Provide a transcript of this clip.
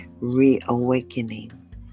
reawakening